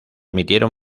emitieron